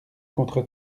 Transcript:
contre